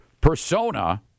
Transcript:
persona